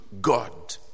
God